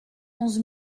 onze